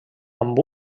amb